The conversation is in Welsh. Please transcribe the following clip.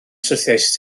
syrthiaist